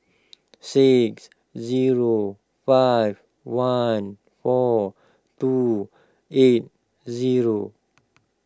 six zero five one four two eight zero